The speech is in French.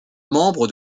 membre